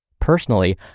Personally